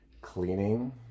cleaning